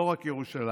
לא רק ירושלים.